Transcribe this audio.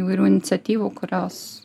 įvairių iniciatyvų kurios